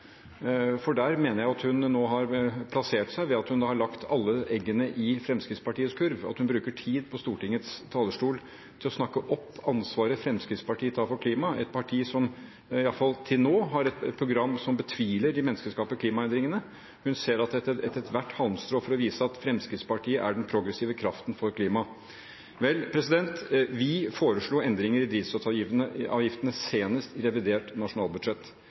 være der. For der mener jeg hun nå har plassert seg ved at hun har lagt alle eggene i Fremskrittspartiets kurv. Hun bruker tid på Stortingets talerstol til å snakke opp ansvaret Fremskrittspartiet tar for klima – et parti som i alle fall til nå har et program som betviler de menneskeskapte klimaendringene. Hun ser etter ethvert halmstrå for å vise at Fremskrittspartiet er den progressive kraften for klima. Vi foreslo endringer i drivstoffavgiftene senest i revidert nasjonalbudsjett.